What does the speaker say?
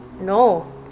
No